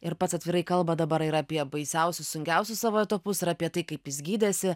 ir pats atvirai kalba dabar yra apie baisiausius sunkiausius savo etapus ir apie tai kaip jis gydėsi